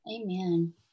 Amen